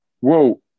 Whoa